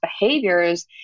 behaviors